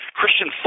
Christian